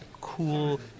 cool